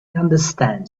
understand